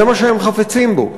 זה מה שהם חפצים בו.